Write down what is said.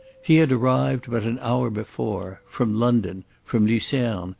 he had arrived but an hour before, from london, from lucerne,